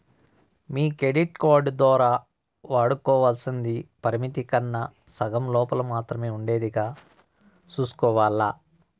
మీ credit card దోరా వాడుకోవల్సింది పరిమితి కన్నా సగం లోపల మాత్రమే ఉండేదిగా సూసుకోవాల్ల